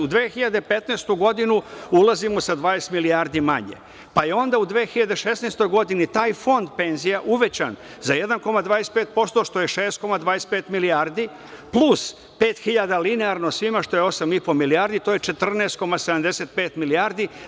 U 2015. godinu ulazimo sa 20 milijardi manje, pa je onda u 2016. godini taj fond penzija uvećan za 1,25% što je 6,25 milijardi plus 5.000 linearno svima, što je 8,5 milijardi i to je 14,75 milijardi.